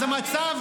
אז המצב